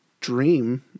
dream